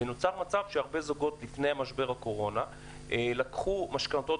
ונוצר מצב שהרבה זוגות לפני משבר הקורונה לקחו משכנתאות